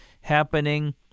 happening